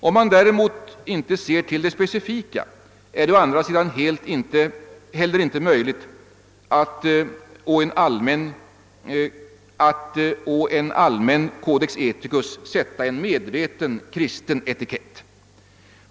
Om man däremot ej ser till det specifika är det å andra sidan heller inte möjligt att å en allmän codex ethicus sätta en medveten kristen etikett.